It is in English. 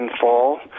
fall